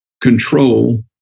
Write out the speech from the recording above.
control